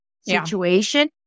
situation